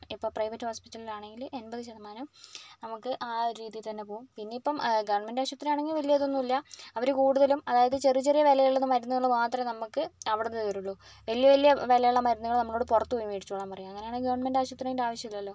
ഇപ്പോൾ പ്രൈവറ്റ് ഹോസ്പിറ്റലിലാണെങ്കിൽ എൺപത് ശതമാനം നമുക്ക് ആ ഒരു രീതിയിൽതന്നെ പോവും പിന്നെ ഇപ്പം ഗവൺമെൻ്റ് ആശുപത്രി ആണെങ്കിൽ വലിയ ഇതൊന്നുമില്ല അവർ കൂടുതലും അതായത് ചെറിയ ചെറിയ വിലയുള്ളതും മരുന്നുകൾ മാത്രമേ നമ്മൾക്ക് അവിടെ നിന്ന് തരുള്ളൂ വലിയ വലിയ വിലയുള്ള മരുന്നുകൾ നമ്മളോട് പുറത്തുപോയി മേടിച്ചോളാൻ പറയും അങ്ങനെയാണ് ഗവൺമെൻ്റ് ആശുപത്രീൻ്റെ ആവിശ്യമില്ലല്ലോ